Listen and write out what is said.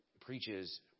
preaches